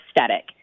aesthetic